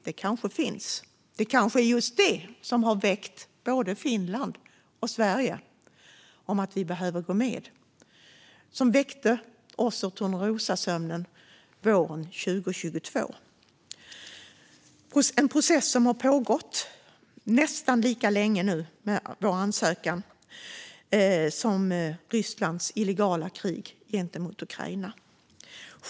Det kanske finns, och det kanske är just det som har väckt både Finland och Sverige och fått oss att inse att vi behöver gå med. Kanske var det detta som väckte oss ur Törnrosasömnen våren 2022. Processen med vår ansökan har nu pågått nästan lika länge som Rysslands illegala krig mot Ukraina.